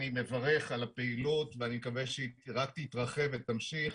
אני מברך על הפעילות ואני מקווה שהיא רק תתרחב ותמשיך,